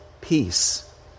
peace